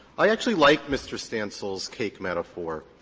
i actually like mr. stancil's cake metaphor.